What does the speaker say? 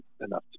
enough